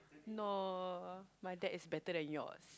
no my dad is better than yours